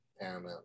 Paramount